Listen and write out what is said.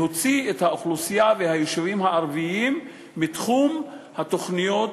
להוציא את האוכלוסייה והיישובים הערביים מתחום התוכניות